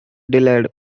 delayed